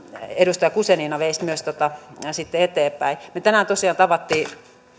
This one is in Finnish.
edustaja guzenina näitä terveisiä myös veisi eteenpäin me tänään tosiaan tapasimme